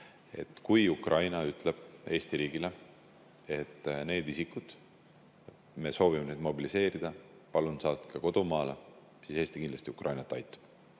Kui Ukraina ütleb Eesti riigile, et neid isikuid me soovime mobiliseerida, palun saatke nad kodumaale, siis Eesti kindlasti Ukrainat aitab.